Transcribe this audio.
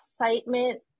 excitement